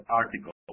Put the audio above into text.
article